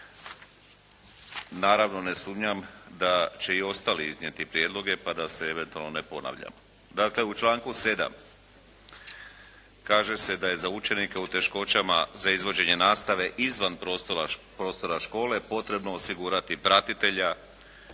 Naravno ne sumnjam da će i ostali iznijeti prijedloge pa da se eventualno ne ponavljam. Dakle, u članku 7. kaže se da je za učenike u teškoćama za izvođenje nastave izvan prostora škole potrebno osigurati pratitelja